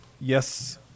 yes